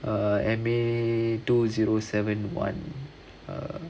err M_A two zero seven one err